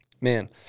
Man